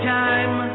time